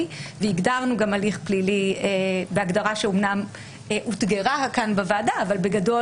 והגדרנו גם הליך פלילי בהגדרה שאמנם אותגרה כאן בוועדה אבל בגדול